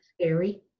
scary